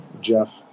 Jeff